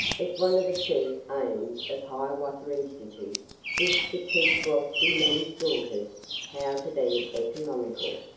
as one of the chief aims of hiawatha institute was to teach wealthy men's daughters how to be economical,